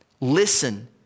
Listen